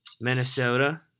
Minnesota